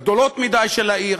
הגדולות מדי של העיר,